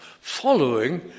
Following